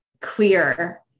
clear